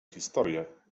historie